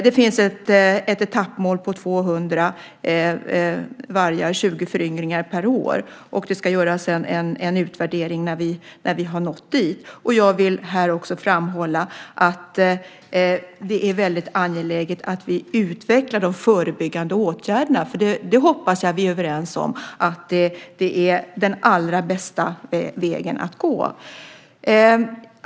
Det finns ett etappmål på 200 vargar, 20 föryngringar per år, och det ska göras en utvärdering när vi har nått dit. Jag vill här också framhålla att det är väldigt angeläget att vi utvecklar de förebyggande åtgärderna, för jag hoppas att vi är överens om att det är den allra bästa vägen att gå.